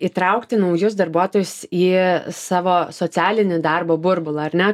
įtraukti naujus darbuotojus į savo socialinį darbą burbulą ar ne